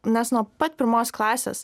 nes nuo pat pirmos klasės